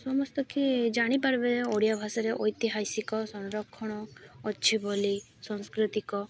ସମସ୍ତ କି ଜାଣିପାରିବେ ଓଡ଼ିଆ ଭାଷାରେ ଐତିହାସିକ ସଂରକ୍ଷଣ ଅଛି ବୋଲି ସଂସ୍କୃତିକ